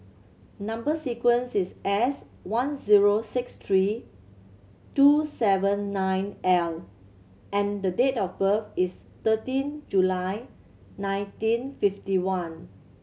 number sequence is S one zero six three two seven nine L and the date of birth is thirteen July nineteen fifty one